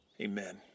amen